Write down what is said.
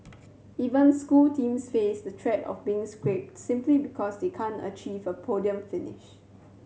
even school teams face the threat of being scrapped simply because they can't achieve a podium finish